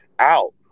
out